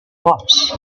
farce